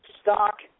stock